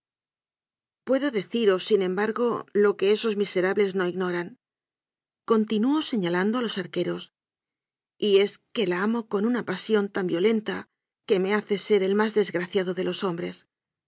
puedo deciros sin embargo lo que esos miserables no ignorancontinuó señalando a los arqueros y es que la amo con una pasión tan violenta que me hace ser el más desgraciado de los hombres